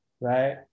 Right